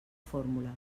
fórmula